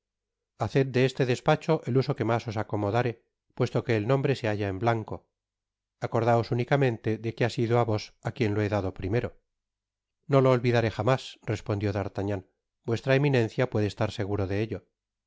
haced de este despacho el uso que mas os acomodare puesto que el nombre se halla en blanco acordaos únicamente de que ha sido á vos á quien lo he dado primero no lo olvidaré jamás respondió d'artagnan vuestra eminencia puede estar seguro de ello